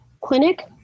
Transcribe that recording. clinic